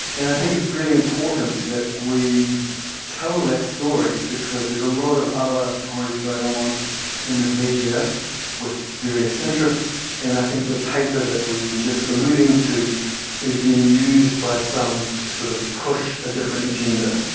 and i think it's really important that we tell that story because there's a lot of other stories going on in the media with various interests, and i think the paper that we were just alluding to is being used by some to sort of push a different agenda.